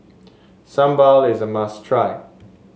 sambal is a must try